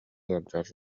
ыалдьар